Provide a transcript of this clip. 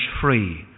free